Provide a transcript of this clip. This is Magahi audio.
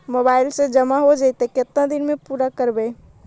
मोबाईल से जामा हो जैतय, केतना दिन में पुरा करबैय?